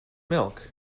milk